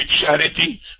charity